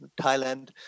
Thailand